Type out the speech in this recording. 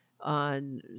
on